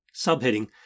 Subheading